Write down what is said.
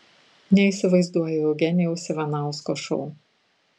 neįsivaizduoju eugenijaus ivanausko šou